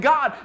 God